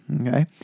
Okay